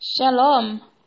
Shalom